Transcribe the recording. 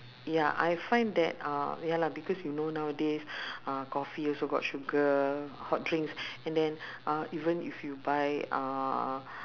ya I find that uh ya lah because you know nowadays uh coffee also got sugar hot drinks and then uh even if you buy uh